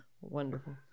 Wonderful